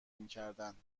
میکردند